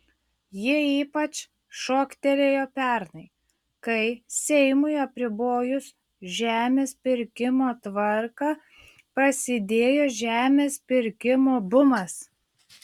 ji ypač šoktelėjo pernai kai seimui apribojus žemės pirkimo tvarką prasidėjo žemės pirkimo bumas